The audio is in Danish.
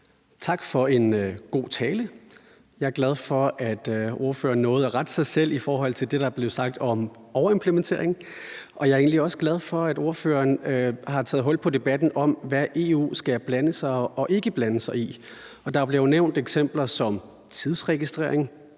Tak for en god tale. Jeg er glad for, at ordføreren nåede at rette sig selv i forhold til det, der blev sagt om overimplementering, og jeg er egentlig også glad for, at ordføreren har taget hul på debatten om, hvad EU skal blande sig i og ikke blande sig i. Der blev nævnt eksempler som tidsregistrering